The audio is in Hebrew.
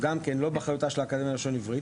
גם כן לא באחריותה של האקדמיה ללשון עברית.